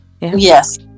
Yes